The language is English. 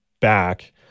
back